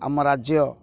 ଆମ ରାଜ୍ୟ